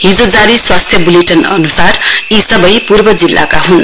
हिषो जारी स्वास्थ्य बुलेटिन अनुसार यो सबै पूर्व जिल्लाका हुन्